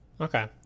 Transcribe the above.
Okay